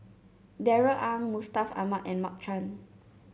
Darrell Ang Mustaq Ahmad and Mark Chan